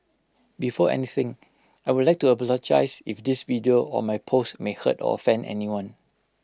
before anything I would like to apologise if this video or my post may hurt offend anyone